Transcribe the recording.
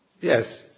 Yes